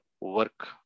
work